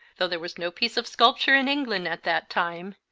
though there was no piece of sculpture in england at that time,